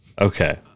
okay